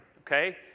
okay